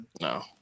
no